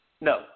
No